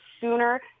sooner